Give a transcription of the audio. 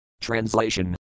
Translation